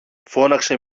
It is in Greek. φώναξε